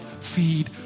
feed